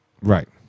Right